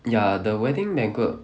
ya the wedding banquet